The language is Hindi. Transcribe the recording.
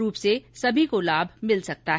रूप से सभी को लाभ मिल सकता है